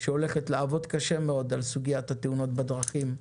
שהולכת לעבוד קשה מאוד על סוגיית התאונות בדרכים.